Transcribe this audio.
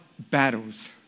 Battles